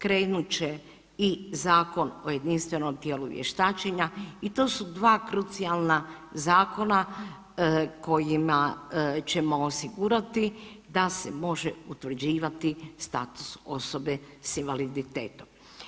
Krenut će i Zakon o jedinstvenom tijelu vještačenja i to su dva krucijalna zakona kojima ćemo osigurati da se može utvrđivati status osobe s invaliditetom.